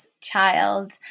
child